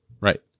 Right